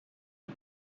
are